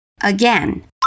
Again